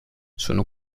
sono